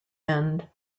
end